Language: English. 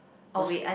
yours